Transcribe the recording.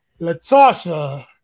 Latasha